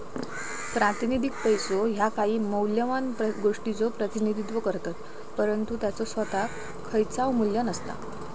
प्रातिनिधिक पैसो ह्या काही मौल्यवान गोष्टीचो प्रतिनिधित्व करतत, परंतु त्याचो सोताक खयचाव मू्ल्य नसता